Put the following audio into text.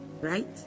right